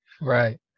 Right